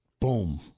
boom